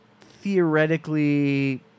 theoretically